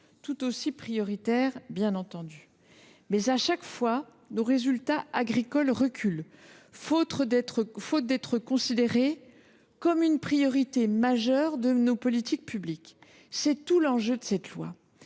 tout aussi primordiales. À chaque fois, nos résultats agricoles reculent, faute d’être considérés comme une priorité majeure de nos politiques publiques. C’est tout l’enjeu de cette loi